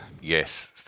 Yes